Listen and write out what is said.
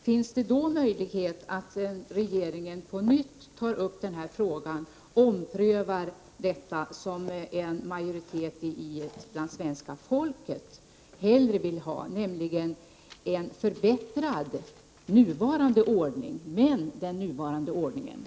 Finns det då någon möjlighet att regeringen på nytt tar upp den här frågan, omprövar detta som en majoritet bland svenska folket hellre vill ha, nämligen den nuvarande ordningen — men förbättrad och vidareutvecklad?